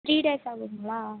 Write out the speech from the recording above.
three days ஆகுங்களா